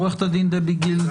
עורכת הדין דבי גילד